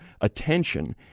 attention